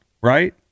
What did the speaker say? right